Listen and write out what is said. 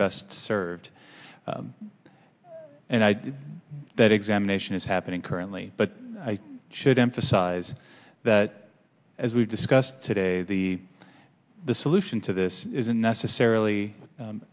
best served and i think that examination is happening currently but i should emphasize that as we've discussed today the the solution to this isn't necessarily